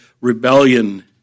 rebellion